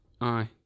Aye